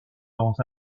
dans